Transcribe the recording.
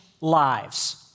lives